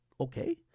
okay